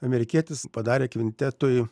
amerikietis padarė kvintetui